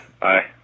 Bye